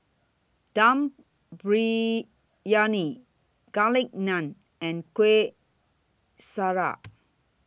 Dum Briyani Garlic Naan and Kueh Syara